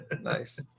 Nice